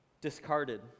Discarded